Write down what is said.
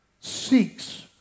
seeks